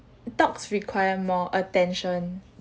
dogs require more attention